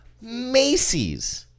Macy's